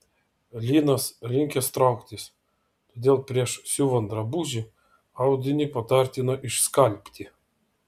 linas linkęs trauktis todėl prieš siuvant drabužį audinį patartina išskalbti